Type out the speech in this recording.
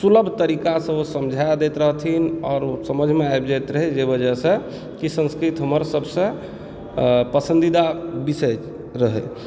सुलभ तरीका सऽ ओ समझा दैत रहथिन आओर ओ समझ मे आबि जाइत रहै जेहि वजह से संस्कृत हमर सबसे पसंदीदा विषय रहै